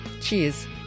Cheers